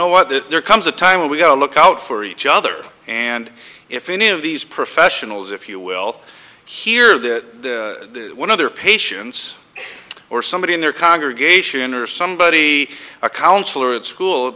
that there comes a time when we go look out for each other and if any of these professionals if you will hear that one other patients or somebody in their congregation or somebody a counselor at school